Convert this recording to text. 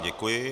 Děkuji.